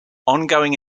ongoing